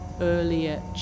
earlier